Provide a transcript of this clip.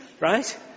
Right